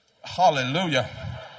Hallelujah